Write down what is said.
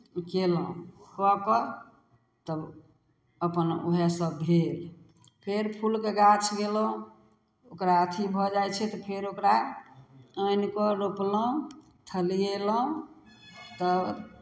कयलहुँ कऽ कऽ तब अपन उएहसभ भेल फेर फूलके गाछ गेलहुँ ओकरा अथि भऽ जाइ छै तऽ फेर ओकरा आनि कऽ रोपलहुँ थलिएलहुँ तब